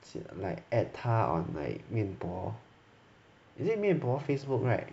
as in like add 他 on my 面部 is it 面部 Facebook [right]